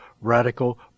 radical